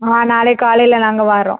ஆ நாளைக்கு காலையில் நாங்கள் வர்றோம்